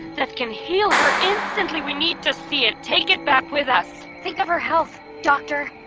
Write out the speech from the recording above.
that can heal her instantly, we need to see it, take it back with us think of her health, doctor.